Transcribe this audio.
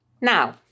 now